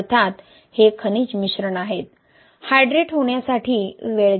अर्थात हे खनिज मिश्रण आहेत हायड्रेट होण्यासाठी वेळ घ्या